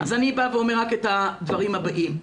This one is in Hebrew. אז אני אומר את הדברים הבאים,